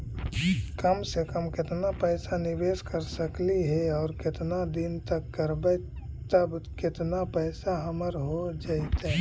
कम से कम केतना पैसा निबेस कर सकली हे और केतना दिन तक करबै तब केतना पैसा हमर हो जइतै?